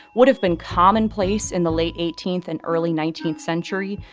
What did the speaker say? would have been commonplace in the late eighteenth and early nineteenth century,